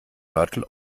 mörtel